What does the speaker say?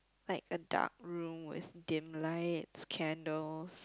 like a dark room with dim lights candles